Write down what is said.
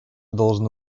должно